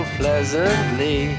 pleasantly